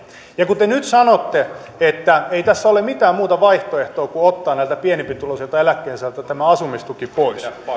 ja kun te nyt sanotte että ei tässä ole mitään muuta vaihtoehtoa kuin ottaa näiltä pienempituloisilta eläkkeensaajilta asumistuki pois